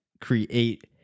create